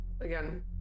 Again